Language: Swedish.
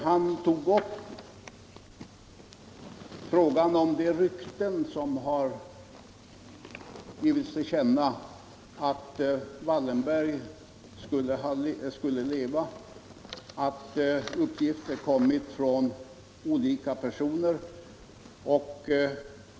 Han tog upp frågan om de rykten som har cirkulerat om att Wallenberg skulle leva och att uppgifter härom kommit från olika personer.